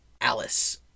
alice